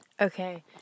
okay